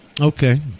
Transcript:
Okay